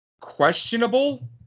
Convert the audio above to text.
questionable